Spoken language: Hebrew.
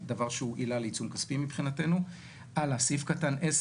רגע, רגע, רגע, סעיף (ז)